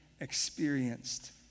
experienced